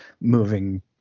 moving